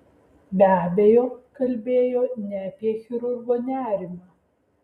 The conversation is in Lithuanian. be abejo kalbėjo ne apie chirurgo nerimą